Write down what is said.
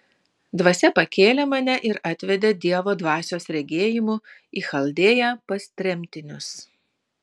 dvasia pakėlė mane ir atvedė dievo dvasios regėjimu į chaldėją pas tremtinius